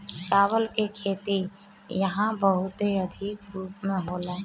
चावल के खेती इहा बहुते अधिका रूप में होला